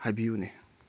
ꯍꯥꯏꯕꯤꯌꯨꯅꯦ